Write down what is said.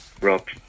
Rob